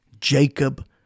Jacob